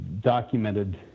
documented